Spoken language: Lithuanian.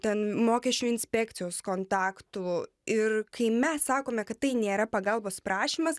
ten mokesčių inspekcijos kontaktų ir kai mes sakome kad tai nėra pagalbos prašymas